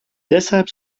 deshalb